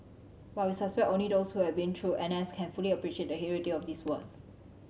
but we suspect only those who have been through N S can fully appreciate the hilarity of these words